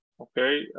Okay